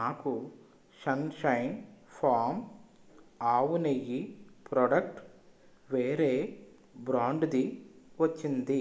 నాకు sunshine farm ఆవు నెయ్యి ప్రొడక్ట్ వేరే బ్రాండుది వచ్చింది